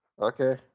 Okay